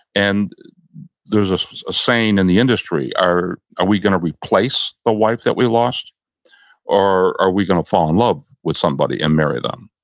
and there's a saying in and the industry, are we going to replace the wife that we lost or are we going to fall in love with somebody and marry them?